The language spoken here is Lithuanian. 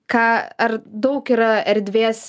ką ar daug yra erdvės